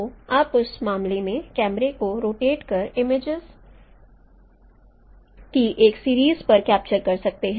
तो आप उस मामले में कैमरे को रोटेट कर इमेजेस की एक सीरीज पर कैप्चर कर सकते हैं